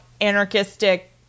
anarchistic